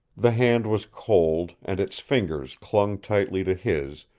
the hand was cold, and its fingers clung tightly to his,